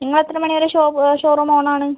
നിങ്ങളെത്ര മണിവരെ show showroom on ആണ്